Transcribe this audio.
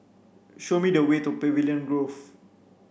show me the way to Pavilion Grove